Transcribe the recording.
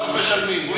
לא משנים כבר.